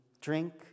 drink